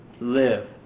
live